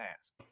ask